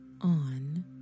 on